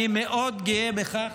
אני מאוד גאה בכך